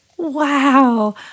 Wow